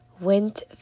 went